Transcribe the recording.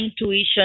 intuition